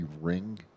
ring